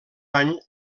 any